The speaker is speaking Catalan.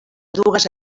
dues